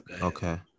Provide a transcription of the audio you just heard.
Okay